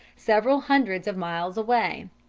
several hundreds of miles away.